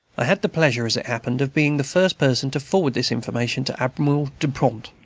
i had the pleasure, as it happened, of being the first person to forward this information to admiral dupont,